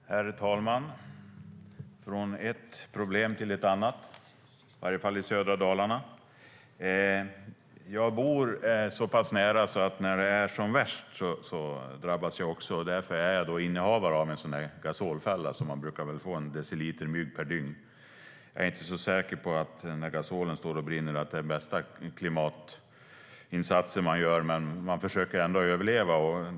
STYLEREF Kantrubrik \* MERGEFORMAT Svar på interpellationerHerr talman! Från ett problem till ett annat, i varje fall i södra Dalarna: Jag bor så pass nära att jag också drabbas när det är som värst. Jag är därför innehavare av en gasolfälla och brukar väl få en deciliter mygg per dygn. Jag är inte så säker på att det är den bästa klimatinsats man gör när gasolen står och brinner, men man försöker överleva.